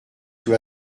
sous